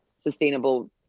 sustainable